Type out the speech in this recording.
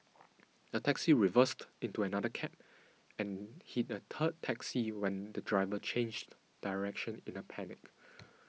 a taxi reversed into another cab and hit a third taxi when the driver changed direction in a panic